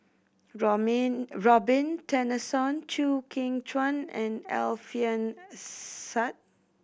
Robin Tessensohn Chew Kheng Chuan and Alfian Sa'at